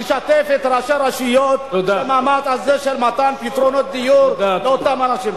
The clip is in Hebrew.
לשתף את ראשי הרשויות במאמץ הזה של מתן פתרונות דיור לאותם אנשים.